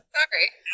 Sorry